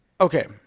Okay